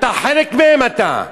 אתה חלק מהם, אתה.